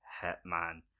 Hitman